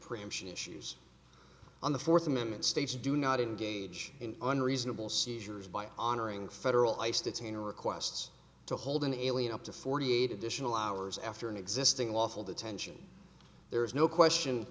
preemption issues on the fourth amendment states do not engage in unreasonable seizures by honoring federal ice detain requests to hold an alien up to forty eight additional hours after an existing lawful detention there is no question